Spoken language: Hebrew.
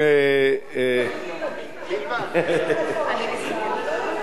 אתם כל כך מוטרדים מקדימה,